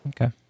Okay